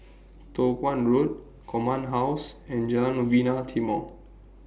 Toh Guan Road Command House and Jalan Novena Timor